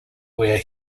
where